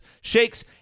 shakes